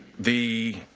the